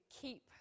keep